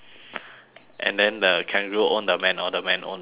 and then the kangaroo own the man or man own the kangaroo